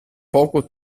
poco